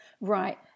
right